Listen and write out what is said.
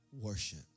worship